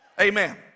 Amen